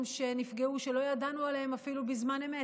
שנפגעו שלא ידענו עליהם אפילו בזמן אמת,